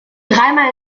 dreimal